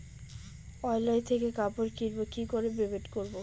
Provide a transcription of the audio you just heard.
Online থেকে কাপড় কিনবো কি করে পেমেন্ট করবো?